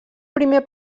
primer